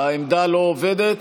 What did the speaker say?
העמדה לא עובדת?